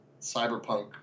cyberpunk